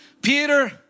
Peter